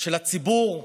של הציבור בממשלה?